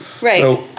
right